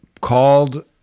called